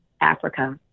Africa